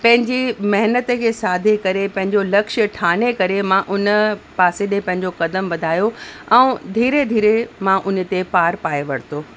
पंहिंजी महिनत खे साधे करे पंहिंजो लक्ष्य ठाने करे मां उन पासे ॾिए पंहिंजो कदम वधायो ऐं धीरे धीरे मां उन ते पार पाए वरितो